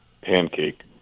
pancake